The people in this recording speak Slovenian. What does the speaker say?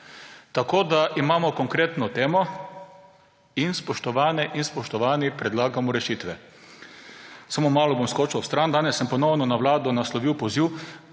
Tako, da imamo konkretno temo in, spoštovane in spoštovani, predlagamo rešitve. Samo malo bom skočil vstran, danes sem ponovno na vlado naslovil poziv